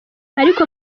ariko